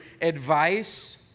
advice